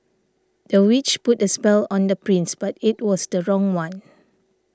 the witch put a spell on the prince but it was the wrong one